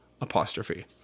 apostrophe